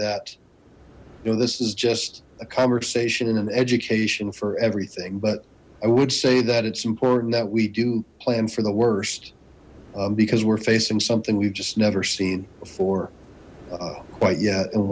that you know this is just a conversation and an education for everything but i would say that it's important that we do plan for the worst because we're facing something we've just never seen before quite yet and